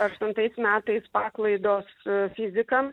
aštuntais metais paklaidos fizikam